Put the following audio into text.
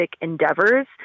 endeavors